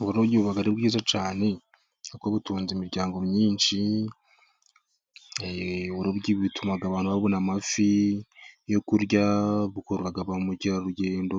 Uburobyi buba ari bwiza cyane, kuko butunze imiryango myinshi. Butuma abantu babona amafi yo kurya, bukurura ba mukerarugendo